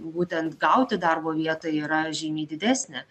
būtent gauti darbo vietą yra žymiai didesnė